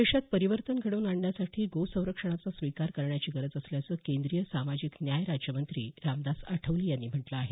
देशात परिवर्तन घडवून आणण्यासाठी गो संरक्षणाचा स्वीकार करण्याची गरज असल्याचं केंद्रीय सामाजिक न्याय राज्यमंत्री रामदास आठवले यांनी म्हटलं आहे